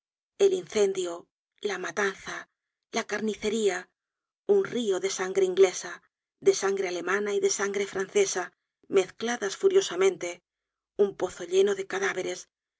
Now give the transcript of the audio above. el incendio la matanza la carnicería un rio de sangre inglesa de sangre alemana y de sangre francesa mezcladas furiosamente un pozo lleno de cadáveres